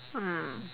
mm